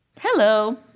Hello